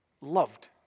loved